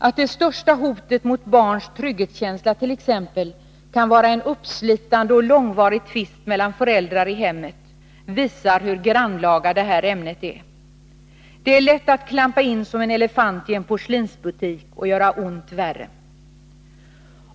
Att det största hotet mot barns trygghetskänsla t.ex. kan vara en uppslitande och långvarig tvist mellan föräldrar i hemmet visar hur grannlaga det här ämnet är. Det är lätt att klampa in som en elefant i en porslinsbutik och göra ont värre.